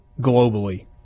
globally